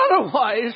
otherwise